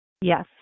Yes